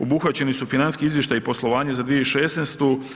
Obuhvaćeni su financijski izvještaji poslovanja za 2016.